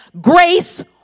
grace